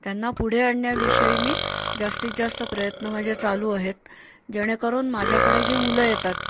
त्यांना पुढे आणण्याविषयी मी जास्तीत जास्त प्रयत्न माझे चालू आहेत जेणेकरून माझ्याकडे जी मुलं येतात